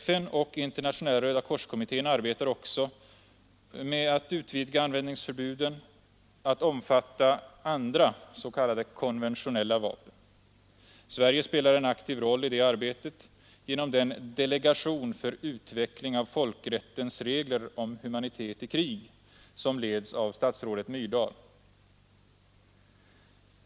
FN och Internationella rödakorskommittén arbetar också med att utvidga användningsförbuden att omfatta andra s.k. konventionella vapen. Sverige spelar en aktiv roll i det arbetet genom den delegation för utveckling av folkrättens regler om humanitet i krig som leds av statsrådet Myrdal.